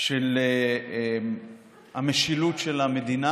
של המשילות של המדינה.